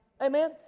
Amen